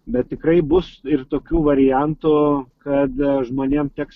bet tikrai bus ir tokių variantų kad žmonėm teks